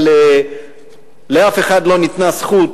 אבל לאף אחד לא ניתנה הזכות